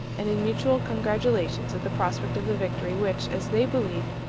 and in mutual congratulations at the prospect of the victory which, as they believed,